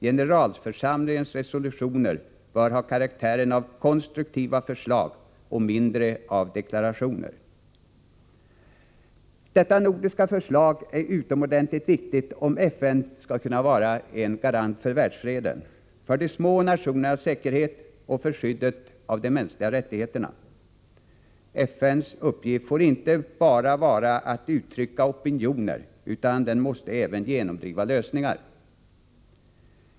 Generalförsamlingens resolutioner bör mer ha karaktären av konstruktiva förslag och mindre av deklarationer. Detta nordiska förslag är utomordentligt viktigt om FN skall kunna vara en garant för världsfreden, för de små staternas säkerhet och för skyddet av de mänskliga rättigheterna. FN:s uppgift får inte bara vara att uttrycka opinioner, utan FN måste även genomdriva lösningar.